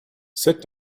sit